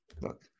look